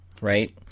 right